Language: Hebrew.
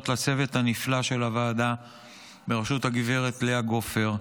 לצוות הנפלא של הוועדה בראשות הגב' לאה גופר,